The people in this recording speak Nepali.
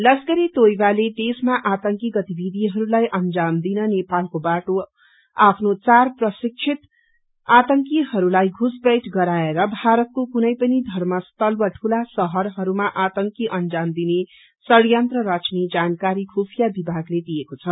लश्कर ए तोएवाले देशमा आतंकी गतिविधिहरूलाई अन्जाम दिन नेपालको बाटो आफ्नो चार प्रशिक्षित आतंकिहरूलाई घुसपैठ गराएर भारतको कुनै पनि धर्मस्थल वा ठूला भाहरहस्मा आतंकी अंजाम दिने षड्रयन्त्र रच्ने जानकारी खुफिया विभागले दिएको छ